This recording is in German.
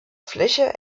fläche